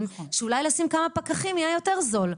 ואולי לשים כמה פקחים יהיה יותר זול.